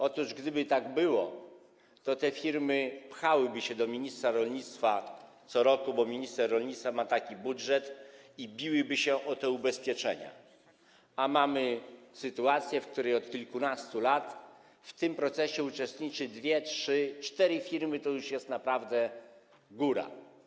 Otóż gdyby tak było, to te firmy pchałyby się do ministra rolnictwa co roku, bo minister rolnictwa ma taki budżet, i biłyby się o te ubezpieczenia, a mamy sytuację, w której od kilkunastu lat w tym procesie uczestniczą dwie, trzy, cztery firmy, to już jest naprawdę góra.